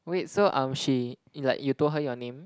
wait so um she in like you told her your name